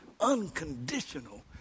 unconditional